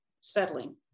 settling